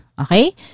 Okay